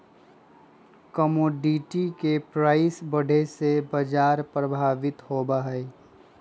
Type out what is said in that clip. commodity के price बढ़े से बाजार प्रभावित होबा हई